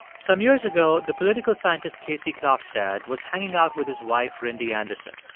some years ago, the political scientist casey klofstad was hanging out with his wife, rindy anderson.